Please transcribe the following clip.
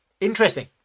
Interesting